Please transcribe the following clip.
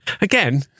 Again